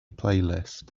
playlist